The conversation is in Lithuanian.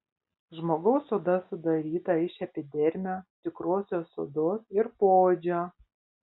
žmogaus oda sudaryta iš epidermio tikrosios odos ir poodžio